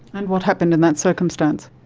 and what happened in that circumstance?